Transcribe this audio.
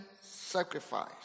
sacrifice